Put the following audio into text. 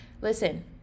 Listen